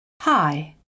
hi